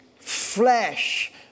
flesh